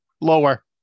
Lower